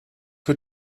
für